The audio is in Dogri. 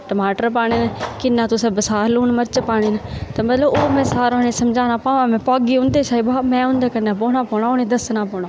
टमाटर पाने किन्ना तुसें बसार लून मर्च पाने न ते मतलब होर में सारा उ'नेंगी समझाना भामें में पाह्गी उं'दे शा में उं'दे कन्नै बौह्ना पौना उ'नेंगी दस्सना पौना